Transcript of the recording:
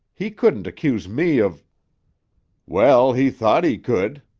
he couldn't accuse me of well, he thought he could.